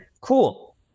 Cool